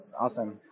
Awesome